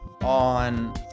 on